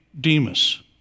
Demas